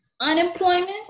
unemployment